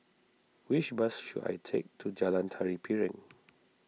which bus should I take to Jalan Tari Piring